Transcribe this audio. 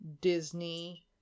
Disney